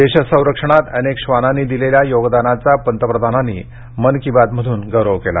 देशसंरक्षणात अनेक श्वानांनी दिलेल्या योगदानाचा पंतप्रधानांनी मन की बात मधून गौरव केला